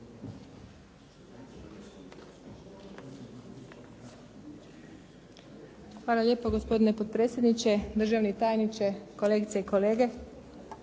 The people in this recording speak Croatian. Hvala lijepo, gospodine potpredsjedniče. Državni tajniče, kolegice i kolege.